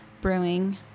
brewing